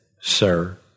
Sir